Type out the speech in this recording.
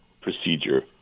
procedure